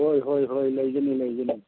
ꯍꯣꯏ ꯍꯣꯏ ꯍꯣꯏ ꯂꯩꯒꯅꯤ ꯂꯩꯒꯅꯤ